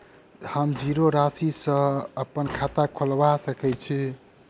हम जीरो राशि सँ अप्पन खाता खोलबा सकै छी?